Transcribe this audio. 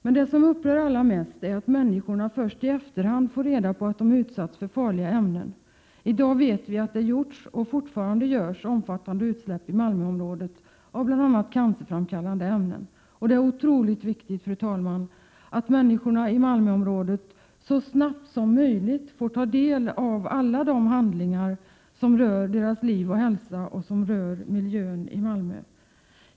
Men det som upprör allra mest är att människorna först i efterhand får reda på att de har utsatts för farliga ämnen. I dag vet vi att det har skett och fortfarande sker omfattande utsläpp i Malmöområdet av bl.a. cancerframkallande ämnen. Det är otroligt viktigt, fru talman, att människorna i Malmöområdet så snart som möjligt får ta del av alla de handlingar som rör deras liv och hälsa och som rör miljön i Malmö.